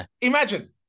Imagine